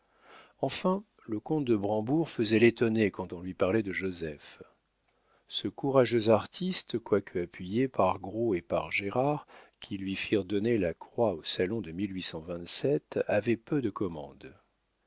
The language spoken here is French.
enfin le comte de brambourg faisait l'étonné quand on lui parlait de joseph ce courageux artiste quoique appuyé par gros et par gérard qui lui firent donner la croix au salon de avait peu de commandes